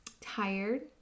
tired